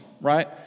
right